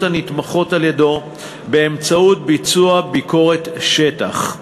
הנתמכות על-ידיו באמצעות ביצוע ביקורת שטח.